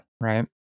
Right